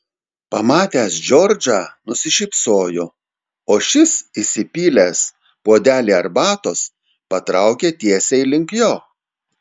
pamatęs džordžą nusišypsojo o šis įsipylęs puodelį arbatos patraukė tiesiai link jo